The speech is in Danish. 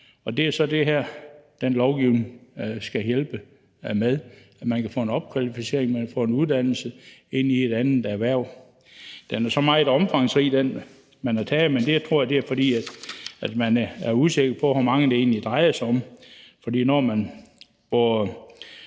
Det er så det, den lovgivning her skal hjælpe med. Man kan få en opkvalificering, og man kan få en uddannelse og komme ind i et andet erhverv. Det, man har valgt, er så meget omfangsrigt, men jeg tror, det er, fordi man er usikker på, hvor mange det egentlig drejer sig om. For når man